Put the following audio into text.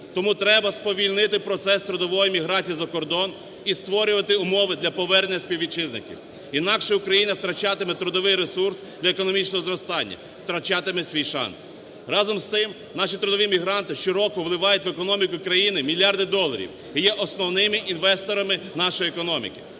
Тому треба сповільнити процес трудової міграції за кордон і створювати умови для повернення співвітчизників. Інакше Україна втрачатиме трудовий ресурс для економічного зростання, втрачатиме свій шанс. Разом з тим, наші трудові мігранти щороку вливають в економіку країни мільярди доларів і є основними інвесторами нашої економіки.